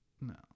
No